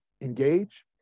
engage